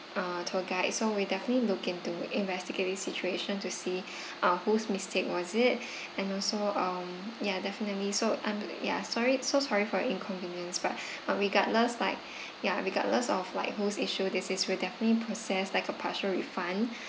uh tour guide so we'll definitely look into investigating situation to see ah whose mistake was it and also um ya definitely so I'm ya sorry so sorry for your inconvenience but but regardless like ya regardless of like whose issue this is we'll definitely process like a partial refund